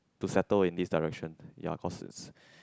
to settle in this direction ya cause it's